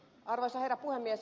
arvoisa herra puhemies